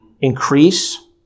increase